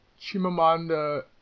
Chimamanda